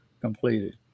completed